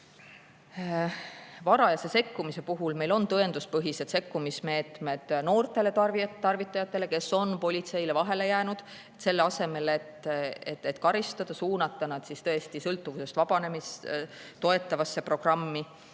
varajase sekkumise puhul meil on tõenduspõhised sekkumismeetmed noortele tarvitajatele, kes on politseile vahele jäänud: selle asemel et karistada, suunatakse nad sõltuvusest vabanemist toetavasse programmi.